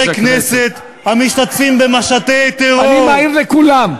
מחברי כנסת שמשתתפים במשטי טרור, אני מעיר לכולם.